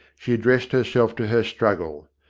she addressed herself to her struggle.